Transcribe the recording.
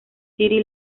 city